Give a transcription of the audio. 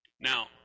Now